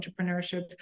entrepreneurship